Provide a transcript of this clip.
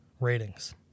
ratings